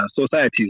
societies